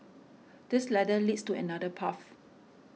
this ladder leads to another path